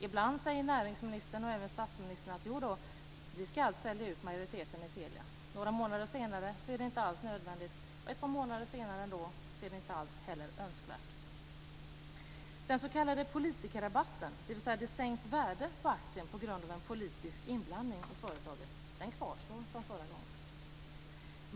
Ibland säger näringsministern och även statsministern att de ska sälja ut majoriteten i Telia. Några månader senare är det inte alls nödvändigt, och ytterligare några månader senare är det inte ens önskvärt. Den s.k. politikerrabatten, alltså det sänkta värdet på aktien på grund av en politisk inblandning i företaget, kvarstår från förra gången.